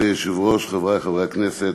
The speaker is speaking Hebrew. אדוני היושב-ראש, חברי חברי הכנסת,